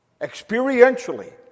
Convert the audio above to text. experientially